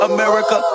America